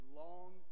long